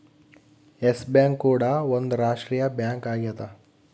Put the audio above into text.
S Bank ಕೂಡ ಒಂದ್ ರಾಷ್ಟ್ರೀಯ ಬ್ಯಾಂಕ್ ಆಗ್ಯದ